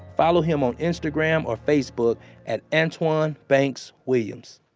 follow him on instagram or facebook at antwan banks williams.